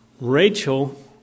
Rachel